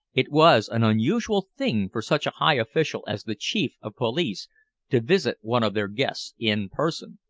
it was an unusual thing for such a high official as the chief of police to visit one of their guests in person.